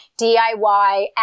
DIY